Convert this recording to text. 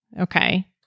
okay